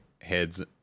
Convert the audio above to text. heads